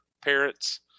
parents